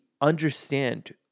understand